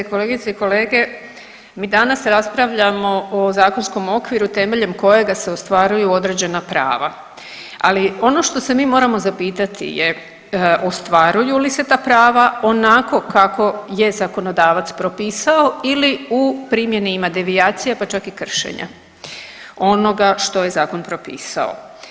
Kolegice i kolege, mi danas raspravljamo o zakonskom okviru temeljem kojega se ostvaruju određena prava, ali ono što se mi moramo zapitati je ostvaruju li se ta prava onako kako je zakonodavac propisao ili u primjeni ima devijacija, pa čak i kršenja onoga što je zakon propisao.